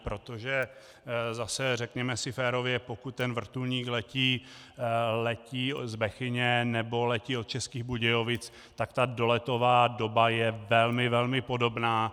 Protože zase, řekněme si férově, pokud ten vrtulník letí z Bechyně nebo letí od Českých Budějovic, tak ta doletová doba je velmi, velmi podobná.